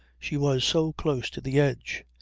she was so close to the edge.